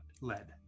led